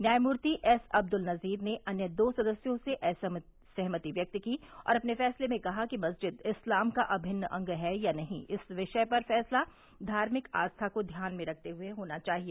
न्यायमूर्ति एस अब्दुल नजीर ने अन्य दो सदस्यों से असहमति व्यक्त की और अपने फैसले में कहा कि मस्जिद इस्लाम का अमिन्न अंग है या नहीं इस विषय पर फैसला धार्मिक आस्था को ध्यान में रखते हुए होना चाहिए